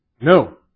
no